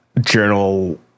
journal